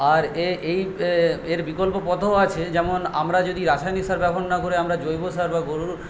আর এই এই এর বিকল্প পথও আছে যেমন আমরা যদি রাসায়নিক সার ব্যবহার না করে আমরা জৈব সার বা গরুর